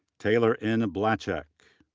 taylor n. blachek.